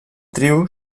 trio